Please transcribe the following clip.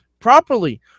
properly